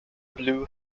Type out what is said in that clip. blue